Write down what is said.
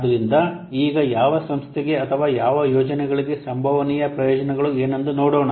ಆದ್ದರಿಂದ ಈಗ ಯಾವ ಸಂಸ್ಥೆಗೆ ಅಥವಾ ಯಾವ ಯೋಜನೆಗಳಿಗೆ ಸಂಭವನೀಯ ಪ್ರಯೋಜನಗಳು ಏನೆಂದು ನೋಡೋಣ